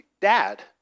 dad